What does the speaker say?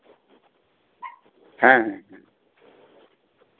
ᱦᱮᱸ ᱦᱮᱸ